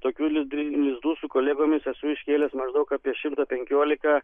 tokiųlid lizdų su kolegomis esu iškėlęs maždaug apie šimtą penkiolika